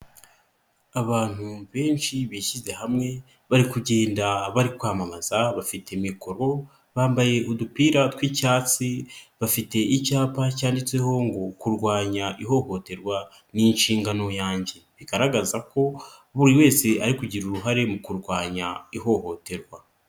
Abantu benshi bishyize hamwe, bari kugenda bari kwamamaza bafite mikoro, bambaye udupira tw'icyatsi, bafite icyapa cyanditseho ngo kurwanya ihohoterwa ni inshingano yanjye. Bigaragaza ko buri wese ari kugira uruhare mu kurwanya ihohoterwa.